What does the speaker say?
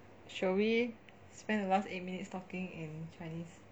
shall we spend the last eight minutes talking in chinese